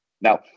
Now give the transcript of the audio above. Now